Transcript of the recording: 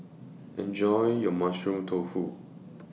Enjoy your Mushroom Tofu